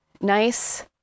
nice